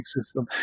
system